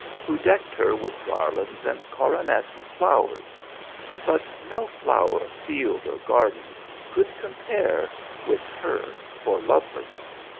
who decked her with garlands and coronets of flowers but no flower of field or garden could compare with her for loveliness.